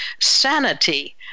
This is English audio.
sanity